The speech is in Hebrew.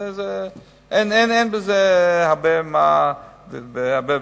אין בזה הרבה ויכוחים.